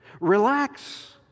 Relax